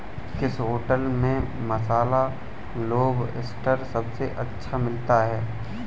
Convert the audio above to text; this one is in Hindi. किस होटल में मसाला लोबस्टर सबसे अच्छा मिलता है?